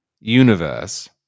Universe